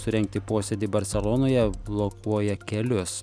surengti posėdį barselonoje blokuoja kelius